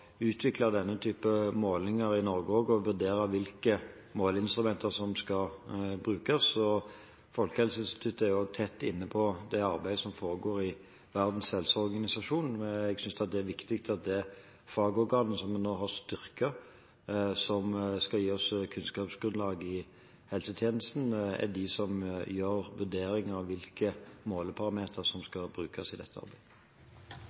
utvikle denne typen målinger i Norge, og vurdere hvilke måleinstrumenter som skal brukes. Folkehelseinstituttet er tett inne på det arbeidet som foregår i Verdens helseorganisasjon. Jeg synes det er viktig at det fagorganet som vi nå har styrket, og som skal gi oss kunnskapsgrunnlag i helsetjenesten, er det som gjør vurderingen av hvilke måleparametere som